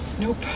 Nope